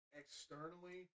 externally